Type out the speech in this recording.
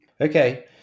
Okay